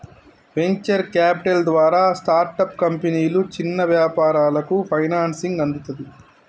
venture capital ద్వారా startup కంపెనీలు, చిన్న వ్యాపారాలకు ఫైనాన్సింగ్ అందుతది